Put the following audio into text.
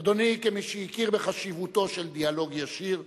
אדוני, כמי שהכיר בחשיבותו של דיאלוג ישיר,